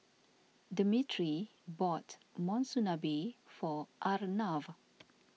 Demetri bought Monsunabe for Arnav